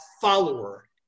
follower